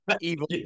evil